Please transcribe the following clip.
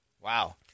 Wow